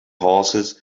horses